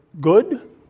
good